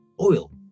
oil